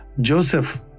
Joseph